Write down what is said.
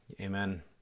Amen